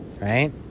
right